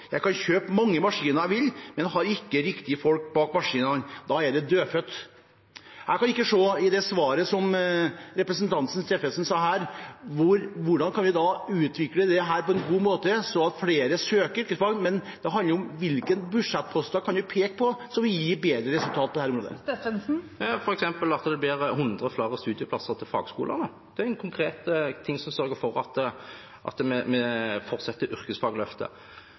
Jeg kan kjøpe så mange maskiner jeg vil, men har jeg ikke de riktige folkene bak maskinene, er det dødfødt.» Av det svaret representanten Steffensen ga her, kan jeg ikke se hvordan vi kan utvikle dette på en god måte, sånn at flere søker på yrkesfag. Det handler om hvilke budsjettposter vi kan peke på som vil gi bedre resultat på dette området. Det kan for eksempel være at det blir 100 flere studieplasser til fagskolene. Det er en konkret ting som sørger for at vi fortsetter yrkesfagløftet. Det